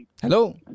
Hello